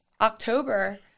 october